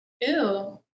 Ew